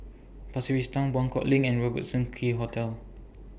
Pasir Ris Town Buangkok LINK and Robertson Quay Hotel